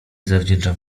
zawdzięczam